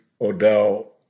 Odell